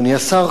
אדוני השר,